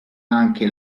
anche